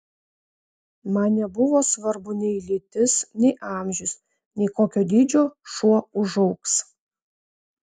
man nebuvo svarbu nei lytis nei amžius nei kokio dydžio šuo užaugs